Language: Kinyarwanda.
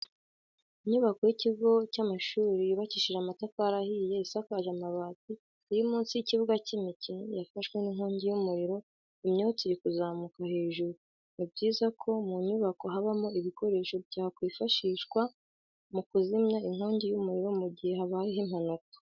Inyubako y'ikigo cy'amashuri yubakishije amatafari ahiye isakaje amabati iri munsi y'ikibuga cy'imikino yafashwe n'inkongi y'umuriro imyotsi iri kuzamuka hejuru. Ni byiza ko mu nyubako habamo ibikoresho byakwifashisha mu kuzimya inkongi y'umuriro mu gihe habayeho impanuka.